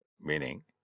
Meaning